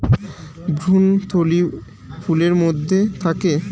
ভ্রূণথলি ফুলের মধ্যে থাকে